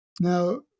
Now